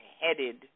headed